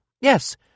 Yes